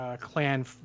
clan